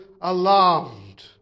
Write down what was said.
alarmed